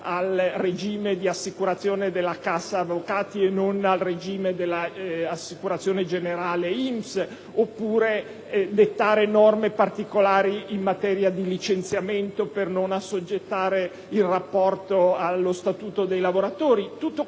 al regime di assicurazione della cassa avvocati e non al regime dell'assicurazione generale INPS; oppure dettare norme particolari in materia di licenziamento per non assoggettare il rapporto allo Statuto dei lavoratori. Tutto